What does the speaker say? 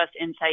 insight